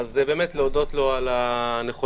אז באמת להודות לו על הנכונות,